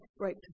right